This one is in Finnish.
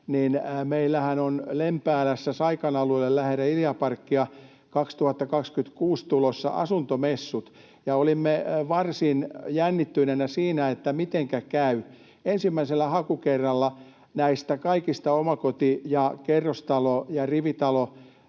meillähän on Lempäälässä Saikan alueelle lähelle Ideaparkia 2026 tulossa asuntomessut. Olimme varsin jännittyneinä, että mitenkä käy. Ensimmäisellä hakukerralla näistä kaikista omakoti-, kerrostalo- ja rivitalotonteista